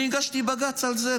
הגשתי בג"ץ על זה.